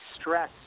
stress